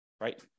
right